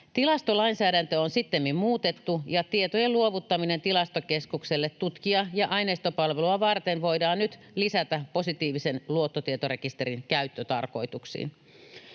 Tilastolainsäädäntöä on sittemmin muutettu, ja tietojen luovuttaminen Tilastokeskukselle tutkija- ja aineistopalvelua varten voidaan nyt lisätä positiivisen luottotietorekisterin käyttötarkoituksiin.